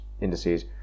indices